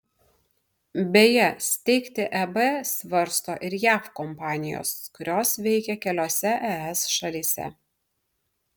beje steigti eb svarsto ir jav kompanijos kurios veikia keliose es šalyse